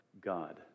God